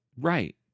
right